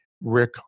Rick